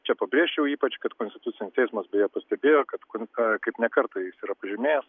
čia pabrėžčiau ypač kad konstitucinis teismas beje pastebėjo kad kun kaip ne kartą jis yra pažymėjęs